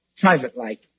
private-like